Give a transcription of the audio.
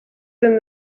than